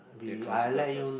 you consider first